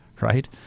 Right